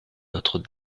notre